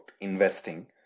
investing